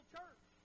Church